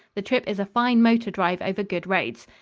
the trip is a fine motor drive over good roads.